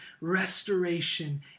restoration